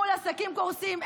מול עסקים קורסים,